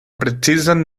precizan